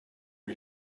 are